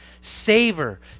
savor